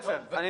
מה שאומר שגיא,